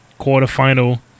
Quarterfinal